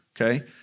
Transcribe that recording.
okay